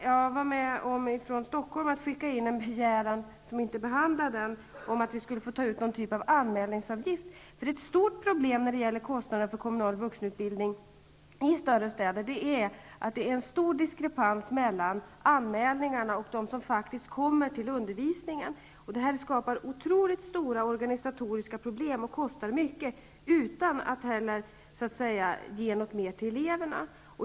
Jag var med om att från Stockholm skicka in en begäran, som inte är behandlad än, om att vi skulle få ta ut en typ av anmälningsavgift. Ett stort problem när det gäller kostnaderna för kommunal vuxenutbildning i större städer är att det är stor diskrepans mellan anmälningarna och de som faktiskt kommer till undervisningen. Det skapar otroligt stora organisatoriska problem och kostar mycket, utan att det ger något mer till eleverna.